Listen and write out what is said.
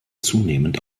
zunehmend